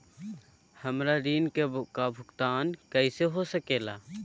हमरा ऋण का भुगतान कैसे हो सके ला?